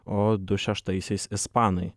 o du šeštaisiais ispanai